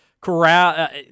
Corral